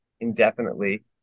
indefinitely